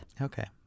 Okay